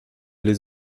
les